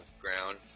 ground